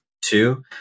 Two